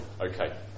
Okay